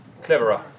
Cleverer